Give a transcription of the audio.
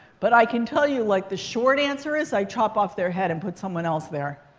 but i can tell you, like the short answer is, i chop off their head and put someone else there.